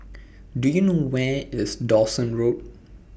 Do YOU know Where IS Dawson Road